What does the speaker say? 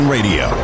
Radio